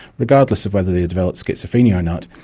regardless of whether they had developed schizophrenia or not.